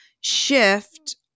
shift